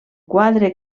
quadre